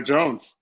Jones